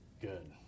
good